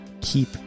keep